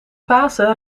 pasen